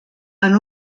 han